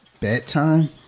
bedtime